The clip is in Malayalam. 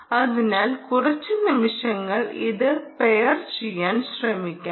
അതിനാൽ കുറച്ച് നിമിഷങ്ങൾ ഇത് പെയർ ചെയ്യാൻ ശ്രമിക്കാം